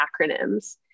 acronyms